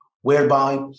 whereby